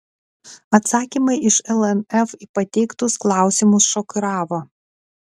atsakymai iš lnf į pateiktus klausimus šokiravo